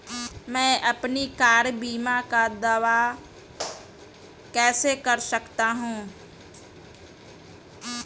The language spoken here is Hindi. मैं अपनी कार बीमा का दावा कैसे कर सकता हूं?